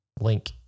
Link